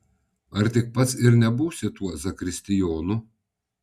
ar tik pats ir nebūsi tuo zakristijonu